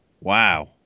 wow